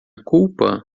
culpa